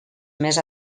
més